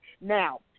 now